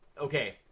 okay